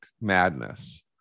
madness